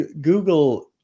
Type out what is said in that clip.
Google